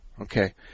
Okay